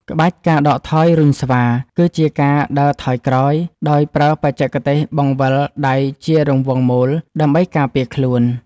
ក្បាច់ ការដកថយរុញស្វា គឺជាការដើរថយក្រោយដោយប្រើបច្ចេកទេសបង្វិលដៃជារង់វង់មូល ដើម្បីការពារខ្លួន។